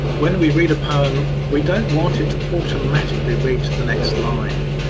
when we read a poem we don't want it automatically read to the next line.